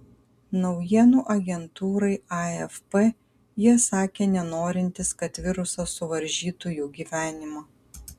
naujienų agentūrai afp jie sakė nenorintys kad virusas suvaržytų jų gyvenimą